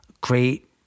great